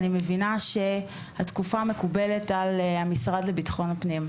אני מבינה שהתקופה מקובלת על המשרד לביטחון לאומי.